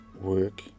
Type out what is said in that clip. work